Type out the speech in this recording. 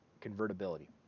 convertibility